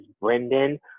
Brendan